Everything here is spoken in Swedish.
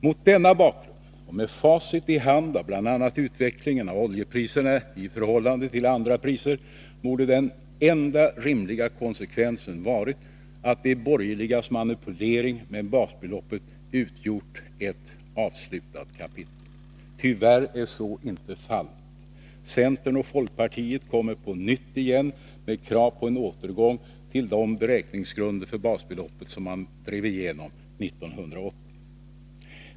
Mot denna bakgrund och med facit i hand av bl.a. utvecklingen av oljepriserna i förhållande till andra priser borde den enda rimliga konsekvensen varit att de borgerligas manipulering med basbeloppet utgjort ett avslutat kapitel. Tyvärr är så inte fallet. Centern och folkpartiet kommer igen med krav på en återgång till de beräkningsgrunder för basbeloppet som man drev igenom 1980.